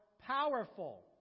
powerful